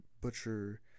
butcher